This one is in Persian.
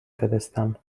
فرستم